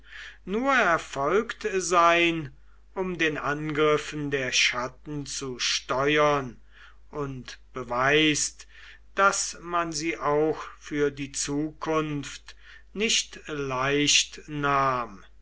nur erfolgt sein um den angriffen der chatten zu steuern und beweist daß man sie auch für die zukunft nicht leicht